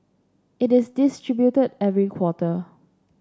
it is distributed every quarter